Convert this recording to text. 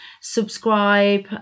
subscribe